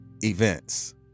events